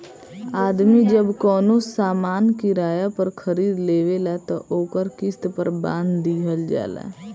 आदमी जब कवनो सामान किराया पर खरीद लेवेला त ओकर किस्त पर बांध दिहल जाला